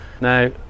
Now